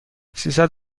سیصد